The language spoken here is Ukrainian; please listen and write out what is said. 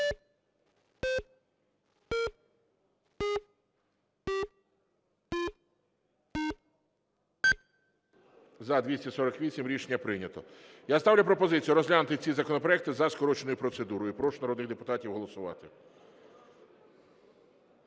За-248 Рішення прийнято. Я ставлю пропозицію розглянути ці законопроекти за скороченою процедурою. Прошу народних депутатів голосувати.